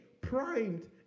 primed